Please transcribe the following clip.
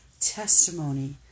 testimony